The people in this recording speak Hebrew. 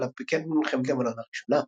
עליו פיקד במלחמת לבנון הראשונה.